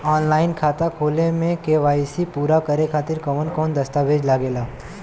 Online खाता खोले में के.वाइ.सी पूरा करे खातिर कवन कवन दस्तावेज लागे ला?